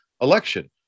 election